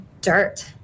dirt